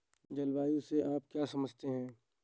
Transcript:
जलवायु से आप क्या समझते हैं?